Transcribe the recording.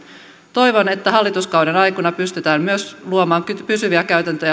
toivon että hallituskauden aikana pystytään myös luomaan pysyviä käytäntöjä